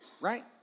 right